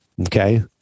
Okay